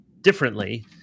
differently